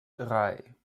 drei